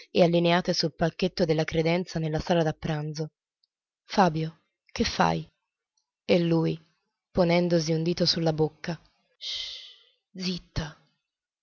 e allineate sul palchetto della credenza nella sala da pranzo fabio che fai e lui ponendosi un dito su la bocca ssss zitta